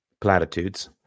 platitudes